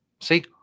see